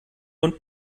und